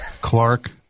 Clark